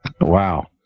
Wow